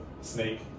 snake